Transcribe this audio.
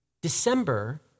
December